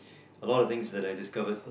a lo of things that I discovered